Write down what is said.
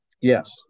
Yes